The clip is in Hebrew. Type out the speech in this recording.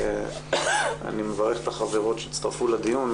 אני מברך את החברות שהצטרפו לדיון,